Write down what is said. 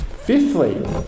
Fifthly